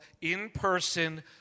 in-person